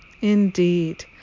indeed